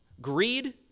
Greed